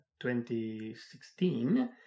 2016